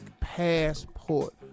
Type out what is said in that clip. Passport